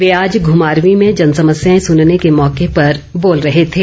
वे आज घुमारवी में जनसमस्याए सुनने के मौके पर बोल रहे थे